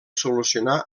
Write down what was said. solucionar